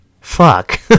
fuck